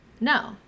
No